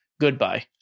goodbye